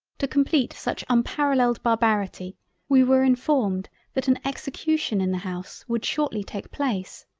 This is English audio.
to compleat such unparalelled barbarity we were informed that an execution in the house would shortly take place.